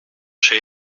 j’ai